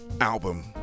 album